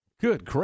Good